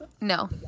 no